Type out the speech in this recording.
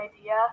idea